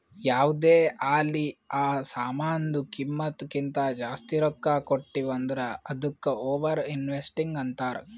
ಯಾವ್ದೇ ಆಲಿ ಆ ಸಾಮಾನ್ದು ಕಿಮ್ಮತ್ ಕಿಂತಾ ಜಾಸ್ತಿ ರೊಕ್ಕಾ ಕೊಟ್ಟಿವ್ ಅಂದುರ್ ಅದ್ದುಕ ಓವರ್ ಇನ್ವೆಸ್ಟಿಂಗ್ ಅಂತಾರ್